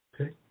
okay